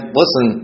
listen